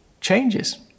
changes